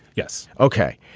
yes. okay.